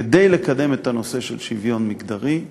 כדי לקדם את הנושא של שוויון מגדרי,